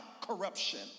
corruption